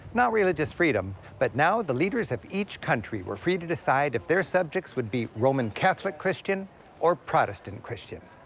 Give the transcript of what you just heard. not religious freedom. but now the leaders of each country were free to decide if their subjects would be roman catholic christian or protestant christian.